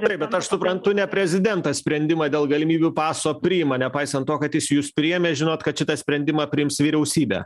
taip bet aš suprantu ne prezidentas sprendimą dėl galimybių paso priima nepaisant to kad jis jus priėmė žinot kad šitą sprendimą priims vyriausybė